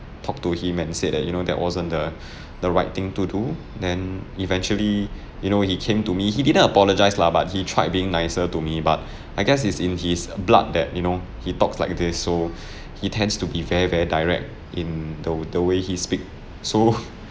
talked to him and said that you know that wasn't the the right thing to do then eventually you know he came to me he didn't apologise lah but he tried being nicer to me but I guess it's in his blood that you know he talks like this so he tends to be very very direct in the the way he speak so